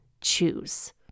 choose